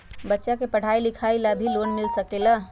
बच्चा के पढ़ाई लिखाई ला भी लोन मिल सकेला?